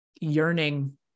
yearning